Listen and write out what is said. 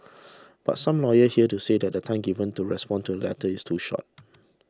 but some lawyers here to say that the time given to respond to the letters is too short